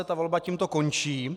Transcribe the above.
Ta volba tímto končí.